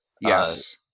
yes